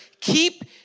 keep